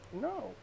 No